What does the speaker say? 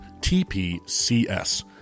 TPCS